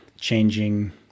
changing